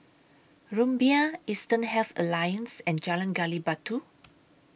Rumbia Eastern Health Alliance and Jalan Gali Batu